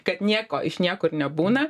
kad nieko iš niekur nebūna